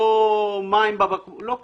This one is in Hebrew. לא מים בבקבוקים, לא כלום.